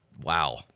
Wow